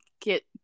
get